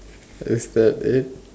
is that it